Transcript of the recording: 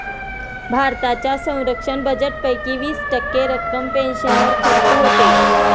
भारताच्या संरक्षण बजेटपैकी वीस टक्के रक्कम पेन्शनवर खर्च होते